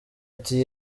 ati